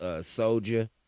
Soldier